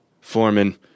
Foreman